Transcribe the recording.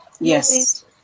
Yes